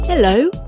Hello